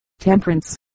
temperance